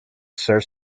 serves